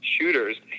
shooters